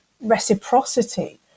reciprocity